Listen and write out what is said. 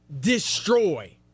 destroy